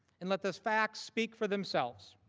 and let the facts speak for themselves.